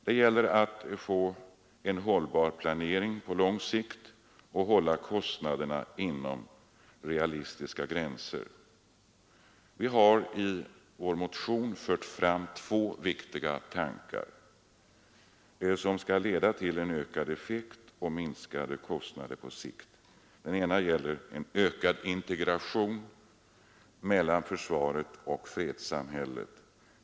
Det gäller att få en hållbar planering på lång sikt och att hålla kostnaderna inom realistiska gränser. Vi har i vår motion fört fram två viktiga tankar som kan leda till ökad effekt och minskade kostnader på sikt. Den ena gäller ökad integration mellan försvaret och fredssamhället.